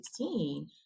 2016